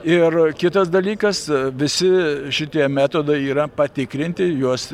ir kitas dalykas visi šitie metodai yra patikrinti juos